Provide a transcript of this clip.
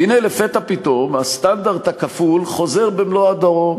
והנה, לפתע פתאום, הסטנדרט הכפול חוזר במלוא הדרו.